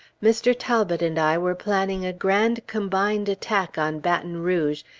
mr. talbot and i were planning a grand combined attack on baton rouge,